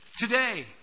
Today